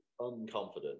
unconfident